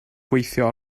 gweithio